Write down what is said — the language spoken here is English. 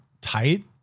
tight